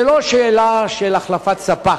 זה לא השאלה של החלפת ספק,